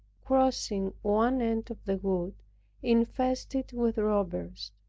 crossing one end of the wood infested with robbers,